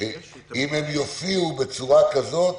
אם הם יופיעו בצורה כזאת